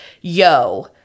yo